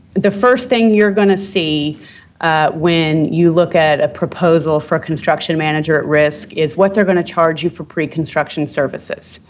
the first thing you're going to see when you look at a proposal for construction manager at risk is what they're going to charge you for pre-construction services.